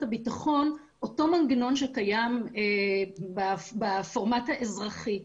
הביטחון אותו מנגנון שקיים בפורמט האזרחי,